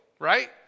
right